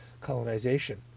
colonization